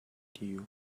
you